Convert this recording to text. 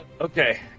Okay